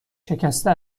شکسته